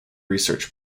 research